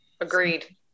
Agreed